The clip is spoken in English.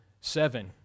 seven